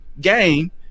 game